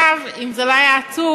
אם זה לא היה עצוב,